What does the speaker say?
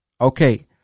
Okay